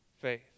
faith